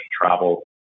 travel